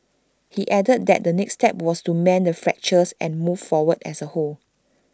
he added that the next step was to mend the fractures and move forward as A whole